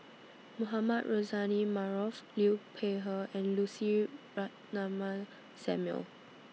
Mohamed Rozani Maarof Liu Peihe and Lucy Ratnammah Samuel